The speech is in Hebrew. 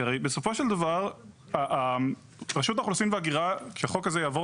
כי בסופו של דבר רשות האוכלוסין וההגירה כשהחוק הזה יעבור